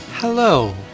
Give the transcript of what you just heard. Hello